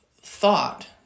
thought